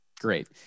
Great